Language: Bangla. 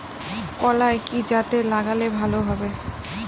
কলাই কি জাতে লাগালে ভালো হবে?